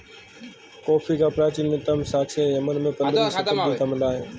coffee का प्राचीनतम साक्ष्य यमन में पंद्रहवी शताब्दी का मिला है